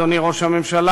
אדוני ראש הממשלה,